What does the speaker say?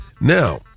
Now